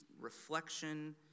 reflection